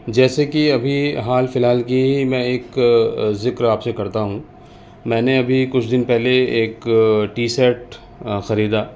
جیسے کہ ابھی حال فی الحال کی ہی میں ایک ذکر آپ سے کرتا ہوں میں نے ابھی کچھ دن پہلے ایک ٹی سیٹ خریدا